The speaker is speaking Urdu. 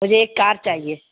مجھے ایک کار چاہیے